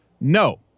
No